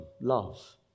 love